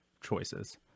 choices